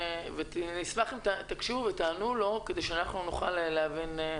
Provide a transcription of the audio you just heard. אני אשמח אם תקשיבו ותענו לו כדי שאנחנו נוכל להבין.